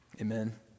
Amen